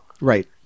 Right